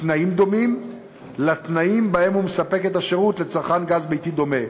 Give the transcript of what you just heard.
בתנאים דומים לתנאים שבהם הוא מספק את השירות לצרכן גז ביתי דומה,